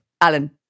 Alan